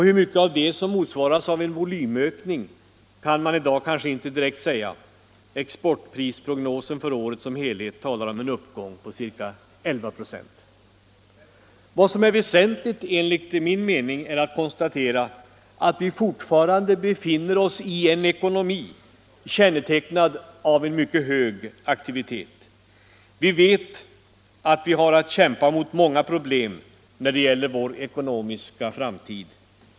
Hur mycket av detta som motsvaras av en volymökning kan man i dag kanske inte direkt säga. Exportprisprognosen för året som helhet talar om en uppgång på ca 11 96. Vad som är väsentligt enligt min mening är att konstatera att vi fortfarande befinner oss i en ekonomi, kännetecknad av en mycket hög aktivitet. Vi vet att vi har att kämpa mot många problem när det gäller vår ekonomiska framtid.